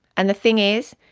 and the thing is,